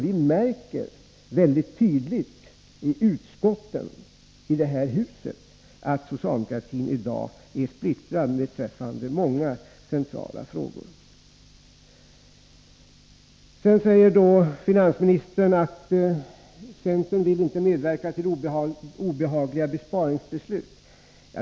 Vi märker mycket tydligt i utskotten i det här huset att socialdemokratin i dag är splittrad beträffande många centrala frågor. Finansministern säger att centern inte vill medverka till obehagliga besparingsbeslut.